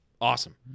awesome